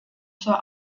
zur